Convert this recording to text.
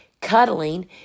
cuddling